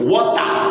Water